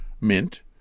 mint